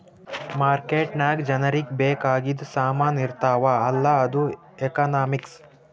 market ನಾಗ್ ಜನರಿಗ ಬೇಕ್ ಆಗಿದು ಸಾಮಾನ್ ಇರ್ತಾವ ಅಲ್ಲ ಅದು ಎಕನಾಮಿಕ್ಸ್